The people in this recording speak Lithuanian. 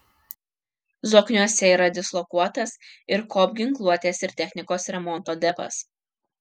zokniuose yra dislokuotas ir kop ginkluotės ir technikos remonto depas